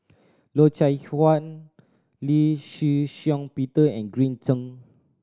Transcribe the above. Loy Chye Chuan Lee Shih Shiong Peter and Green Zeng